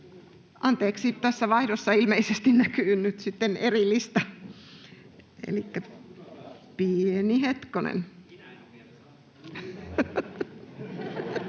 Anteeksi, tässä vaihdossa ilmeisesti näkyy nyt sitten eri lista. Elikkä pieni hetkonen... [Timo Heinonen: Minä en